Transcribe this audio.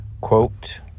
quote